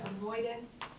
avoidance